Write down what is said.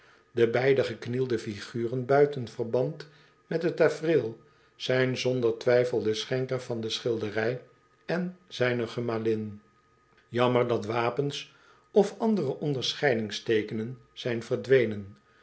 de beide geknielde figuren buiten verband met het tafereel zijn zonder twijfel de schenker van de schilderij en zijne gemalin jammer dat wapens of andere onderscheidingsteekenen zijn verdwenen